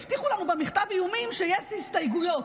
הבטיחו לנו במכתב איומים שיש הסתייגויות: